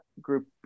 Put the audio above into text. group